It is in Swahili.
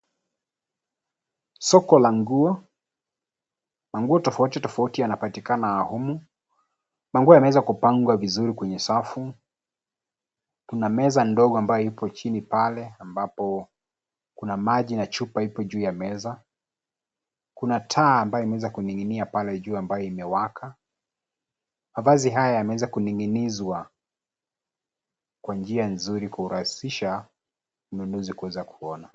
Soko la nguo, manguo tofauti tofauti yanapatikana humu. Manguo yameweza kupangwa vizuri kwenye safu. Kuna meza ndogo ambayo ipo chini pale ambapo kuna maji na chupa ipo juu ya meza. Kuna taa ambayo inaweza kuning'inia pale juu ambayo imewaka, mavazi haya yameweza kunung'inizwa kwa njia nzuri kurahisisha mnunuzi kueza kuona.